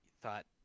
thought